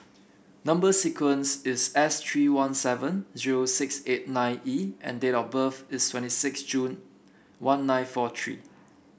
number sequence is S three one seven zero six eight nine E and date of birth is twenty six June one nine four three